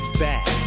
back